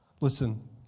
Listen